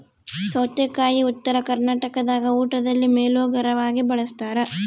ಸೌತೆಕಾಯಿ ಉತ್ತರ ಕರ್ನಾಟಕದಾಗ ಊಟದಲ್ಲಿ ಮೇಲೋಗರವಾಗಿ ಬಳಸ್ತಾರ